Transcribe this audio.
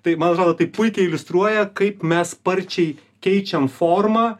tai man atrodo tai puikiai iliustruoja kaip mes sparčiai keičiam formą